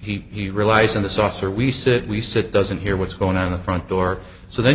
he relies on the saucer we sit we sit doesn't hear what's going on in the front door so then